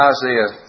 Isaiah